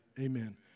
amen